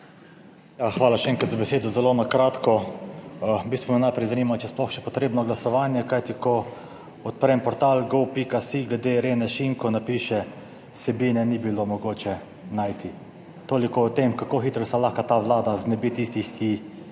hvala še enkrat za besedo. Zelo na kratko. V bistvu me najprej zanima, če je sploh še potrebno glasovanje, kajti ko odprem portal gov.si glede Irene Šinko, napiše "vsebine ni bilo mogoče najti". Toliko o tem, kako hitro se lahko ta Vlada znebi tistih, ki